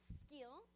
skill